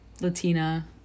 Latina